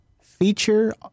feature